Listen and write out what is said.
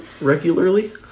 regularly